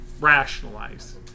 rationalize